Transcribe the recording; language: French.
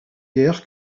guerre